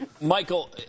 Michael